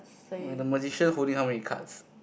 mm the magician holding how many cards